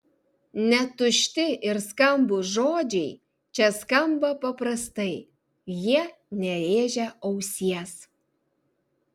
net tušti ir skambūs žodžiai čia skamba paprastai jie nerėžia ausies